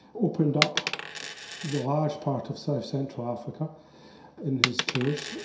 opened up the large part of south central africa in his tours,